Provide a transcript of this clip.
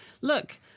look